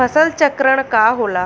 फसल चक्रण का होला?